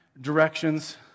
directions